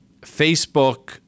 Facebook